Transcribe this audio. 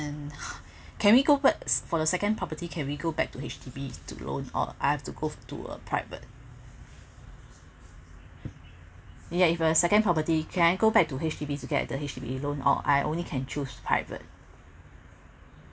and can we go back for the second property can we go back to H_D_B to loan or I have to go to a private yeah if a second property can I go back to H_D_B to get the H_D_B loan or I only can choose private